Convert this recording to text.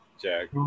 Jack